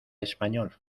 español